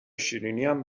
شیرینیم